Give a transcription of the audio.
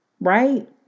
Right